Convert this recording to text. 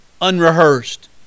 unrehearsed